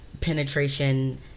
penetration